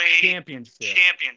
championship